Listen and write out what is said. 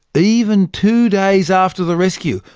even two days after the rescue,